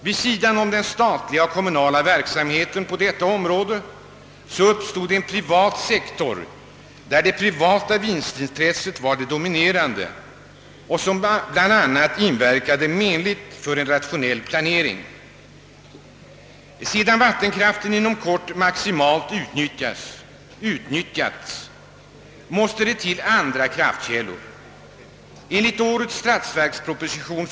Vid sidan om den statliga och kommunala verksamheten på detta område uppstod en privat sektor där det privata vinstintresset var det dominerande och som bl.a. inverkade menligt för en rationell planering. Sedan vattenkraften inom kort maximalt utnyttjats, måste det till andra kraftkällor. Enligt årets statsverksproposition .